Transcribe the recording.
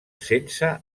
sense